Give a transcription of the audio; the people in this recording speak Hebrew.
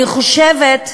אני חושבת,